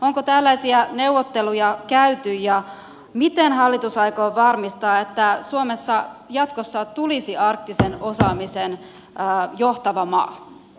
onko tällaisia neuvotteluja käyty ja miten hallitus aikoo varmistaa että suomesta jatkossa tulisi arktisen osaamisen johtava maa